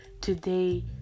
today